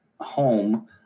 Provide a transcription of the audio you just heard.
home